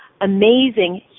amazing